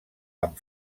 amb